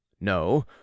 No